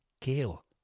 Kale